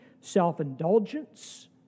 self-indulgence